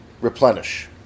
Replenish